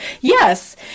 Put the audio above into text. Yes